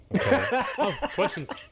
Questions